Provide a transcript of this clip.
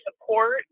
support